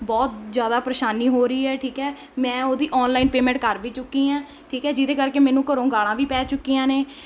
ਬਹੁਤ ਜ਼ਿਆਦਾ ਪਰੇਸ਼ਾਨੀ ਹੋ ਰਹੀ ਹੈ ਠੀਕ ਹੈ ਮੈਂ ਉਹਦੀ ਆਨਲਾਈਨ ਪੇਮੈਂਟ ਕਰ ਵੀ ਚੁੱਕੀ ਹਾਂ ਠੀਕ ਹੈ ਜਿਹਦੇ ਕਰਕੇ ਮੈਨੂੰ ਘਰੋਂ ਗਾਲਾਂ ਵੀ ਪੈ ਚੁੱਕੀਆਂ ਨੇ